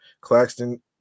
claxton